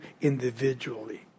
individually